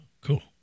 cool